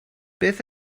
beth